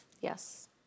Yes